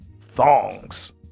Thongs